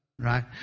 right